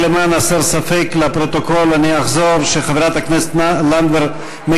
אם תנאי זה מקובל על חברת הכנסת סופה לנדבר,